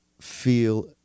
feel